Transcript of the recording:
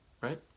Right